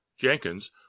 Jenkins